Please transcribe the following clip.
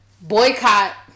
boycott